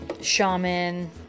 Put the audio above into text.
shaman